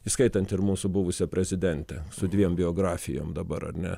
įskaitant ir mūsų buvusią prezidentę su dviem biografijom dabar ar ne